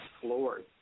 floored